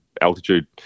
altitude